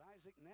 Isaac